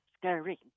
scary